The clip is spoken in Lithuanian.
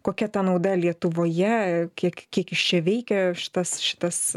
kokia ta nauda lietuvoje kiek kiek jis čia veikia šitas šitas